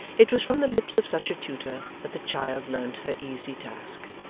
it was from the lips of such a tutor, that the child learnt her easy task.